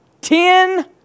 Ten